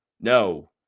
No